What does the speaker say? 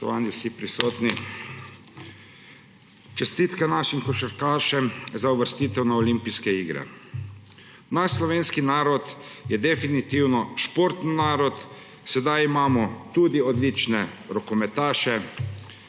Naš slovenski narod je definitivno športni narod, sedaj imamo tudi odlične rokometaše,